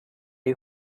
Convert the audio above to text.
you